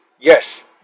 Yes